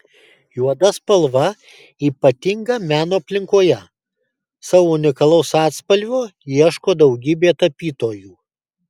juoda spalva ypatinga meno aplinkoje savo unikalaus atspalvio ieško daugybė tapytojų